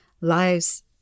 lives